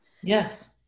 yes